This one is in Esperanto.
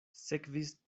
sekvis